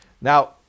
Now